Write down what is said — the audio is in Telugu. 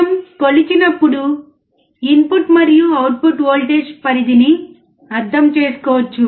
మనము కొలిచినప్పుడు ఇన్పుట్ మరియు అవుట్పుట్ వోల్టేజ్ పరిధిని అర్థం చేసుకోవచ్చు